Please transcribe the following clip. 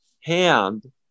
hand